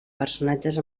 personatges